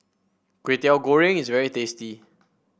Kway Teow Goreng is very tasty